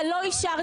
אתה לא אפשרת.